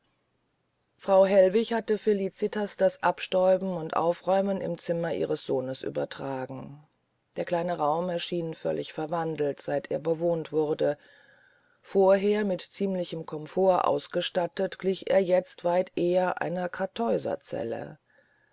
frau hellwig hatte felicitas das abstäuben und aufräumen im zimmer ihres sohnes übertragen der kleine raum erschien völlig verwandelt seit er bewohnt wurde vorher mit ziemlichem komfort ausgestattet glich er jetzt weit eher einer karthäuserzelle